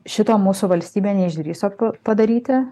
šito mūsų valstybė neišdrįso pa padaryti